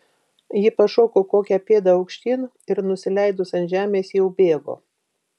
ji pašoko kokią pėdą aukštyn ir nusileidus ant žemės jau bėgo